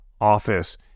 office